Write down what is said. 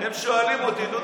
הם שואלים אותי: דודי,